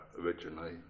originally